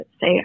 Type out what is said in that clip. say